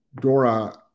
Dora